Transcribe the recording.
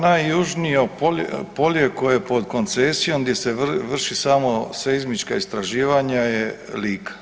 Najjužinije polje koje je pod koncesijom gdje se vrše sama seizmička istraživanja je Lika.